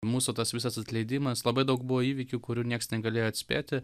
mūsų tas visas atleidimas labai daug buvo įvykių kurių nieks negalėjo atspėti